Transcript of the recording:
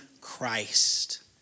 Christ